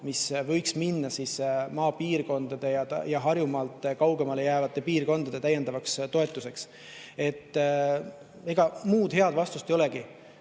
mis võiks minna Harjumaalt kaugemale jäävate piirkondade täiendavaks toetuseks. Ega muud head vastust ei olegi.